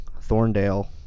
Thorndale